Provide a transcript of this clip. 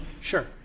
sure